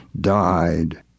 died